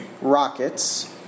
Rockets